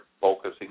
focusing